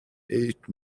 eight